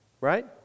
Right